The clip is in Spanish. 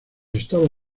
estaba